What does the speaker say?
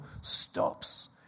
stops